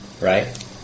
right